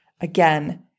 Again